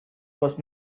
was